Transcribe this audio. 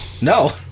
No